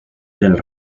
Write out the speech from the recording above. del